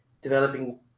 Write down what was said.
developing